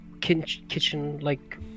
kitchen-like